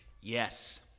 Yes